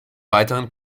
weiteren